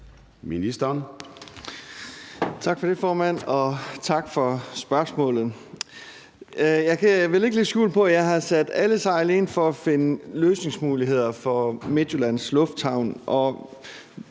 Danielsen): Tak for det, formand, og tak for spørgsmålet. Jeg kan vel ikke lægge skjul på, at jeg har sat alle sejl til for at finde løsningsmuligheder for Midtjyllands Lufthavn,